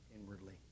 inwardly